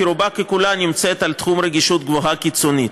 רובה ככולה נמצאת על תחום רגישות גבוהה קיצונית.